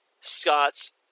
Scott's